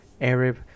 Arab